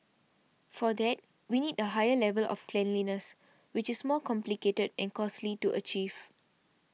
for that we need a higher level of cleanliness which is more complicated and costly to achieve